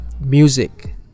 music